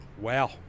Wow